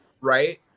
right